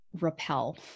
repel